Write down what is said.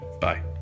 Bye